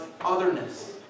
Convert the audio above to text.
otherness